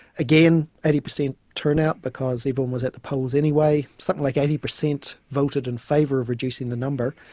again, eighty percent turnout, because everyone was at the polls anyway, something like eighty percent voted in favour of reducing the number,